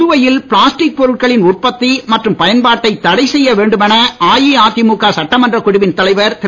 புதுவையில் பிளாஸ்டிக் பொருட்களின் உற்பத்தி மற்றும் பயன்பாட்டைத் தடைசெய்ய வேண்டுமென அஇஅதிமுக சட்டமன்றக் குழுவின் தலைவர் திரு